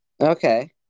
Okay